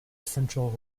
central